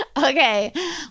Okay